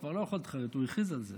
הוא כבר לא יכול להתחרט, הוא הכריז על זה,